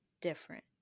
different